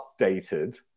updated